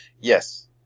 Yes